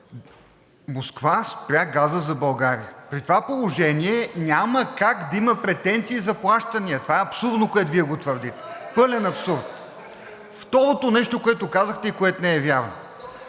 Москва спря газа за България. При това положение няма как да има претенции за плащания – това е абсурдно, което Вие го твърдите. (Шум и реплики.) Пълен абсурд. Второто нещо, което казахте и което не е вярно.